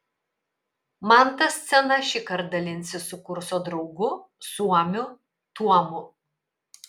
mantas scena šįkart dalinsis su kurso draugu suomiu tuomu